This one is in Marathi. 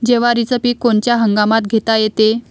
जवारीचं पीक कोनच्या हंगामात घेता येते?